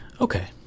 Okay